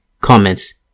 Comments